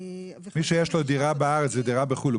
מי שיש לו דירה בארץ ודירה בחו"ל הוא